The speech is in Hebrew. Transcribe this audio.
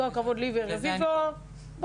עם כל הכבוד לחבר הכנסת רביבו ולי.